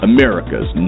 America's